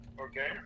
okay